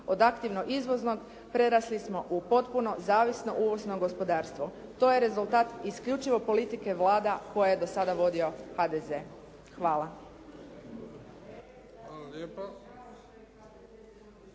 Od aktivno izvoznog prerasli smo u potpuno zavisno uvozno gospodarstvo. To je rezultat isključivo politike vlada koja je do sada vodio HDZ. Hvala.